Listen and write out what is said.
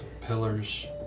Pillars